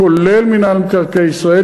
כולל מינהל מקרקעי ישראל,